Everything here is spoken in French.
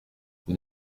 vous